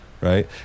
Right